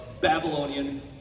babylonian